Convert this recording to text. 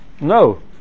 No